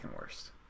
worst